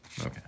Okay